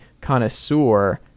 connoisseur